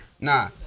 Nah